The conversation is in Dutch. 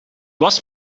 was